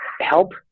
help